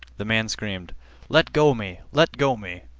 the man screamed let go me! let go me!